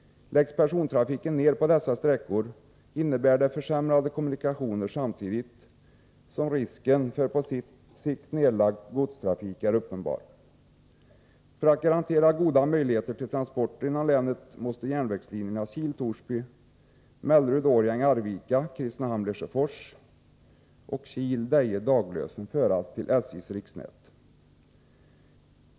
Läggs persontrafiken ner på dessa sträckor innebär det försämrade kommunikationer samtidigt som risken för att på sikt nedlagd godstrafik är uppenbar. För att garantera goda möjligheter till transporter inom länet måste järnvägslinjerna Kil-Torsby, Mellerud-Årjäng-Arvika, Kristinehamn-Lesjöfors och Kil-Deje-Daglösen föras till SJ:s riksnät.